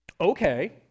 Okay